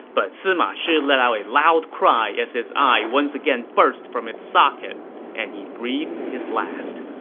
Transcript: but sima shi let out a loud cry as his eye once again burst from its socket and he breathed his last.